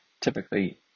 typically